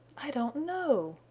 i don't know,